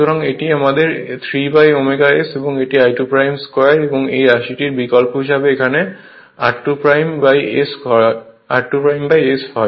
সুতরাং এটি আমার 3ω S এবং এটি I2 2 এই রাশির বিকল্প হিসাবে এখানে r2 s হয়